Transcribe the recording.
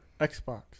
Xbox